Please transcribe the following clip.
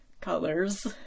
colors